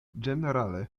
ĝenerale